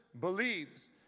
believes